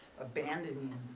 abandoning